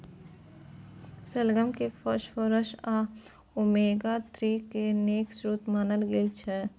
शलगम केँ फास्फोरस आ ओमेगा थ्री केर नीक स्रोत मानल गेल छै